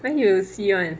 when you see [one]